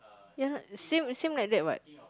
yeah same same like that what